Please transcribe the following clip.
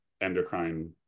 endocrine